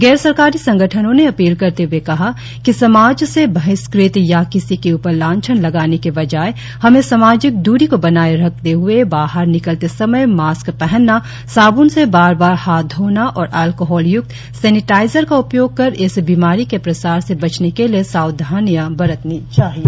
गैर सरकारी संगठनों ने अपील करते हए कहा कि समाज से बहिष्कृत या किसी के ऊपर लांछान लगाने के बजाय हमें सामाजिक दूरी को बनाए रखते हुए बाहर निकलते समय मास्क पहनना साब्न से बार बार हाथ धोना और अल्कोहल य्क्त सैनिटाइजर का उपयोग कर इस बीमारी के प्रसार से बचने के लिए सावधानियां बरतनी चाहिए